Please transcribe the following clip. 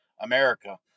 America